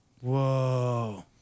Whoa